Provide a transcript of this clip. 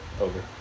Over